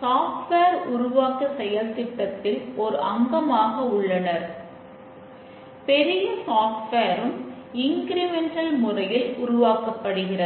கட்டாயம் தெரிந்து கொள்ள வேண்டும்